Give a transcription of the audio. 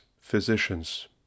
Physicians